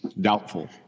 Doubtful